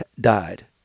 died